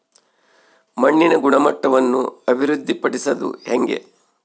ಮಣ್ಣಿನ ಗುಣಮಟ್ಟವನ್ನು ಅಭಿವೃದ್ಧಿ ಪಡಿಸದು ಹೆಂಗೆ?